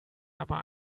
aber